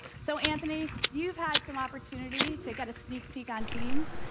so, anthony, you've had some opportunity to get a sneak peak on teams.